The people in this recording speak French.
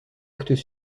actes